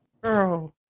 girl